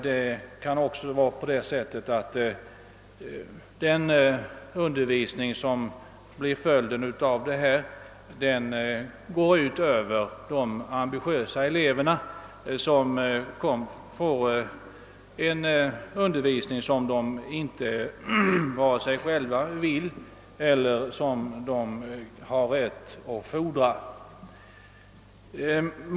Detta kan få till följd att de ambitiösa eleverna inte får den undervisning som de har rätt att fordra.